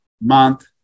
month